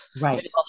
right